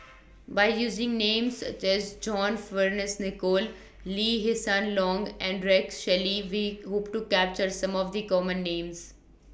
By using Names such as John Fearns Nicoll Lee Hsien Loong and Rex Shelley We Hope to capture Some of The Common Names